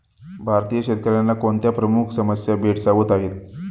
भारतीय शेतकऱ्यांना कोणत्या प्रमुख समस्या भेडसावत आहेत?